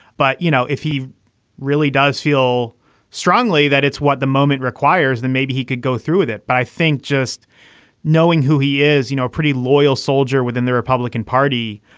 but, you know, if he really does feel strongly that it's what the moment requires, then maybe he could go through with it. but i think just knowing who he is, you know, a pretty loyal soldier within the republican party,